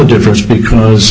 difference because